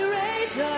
rage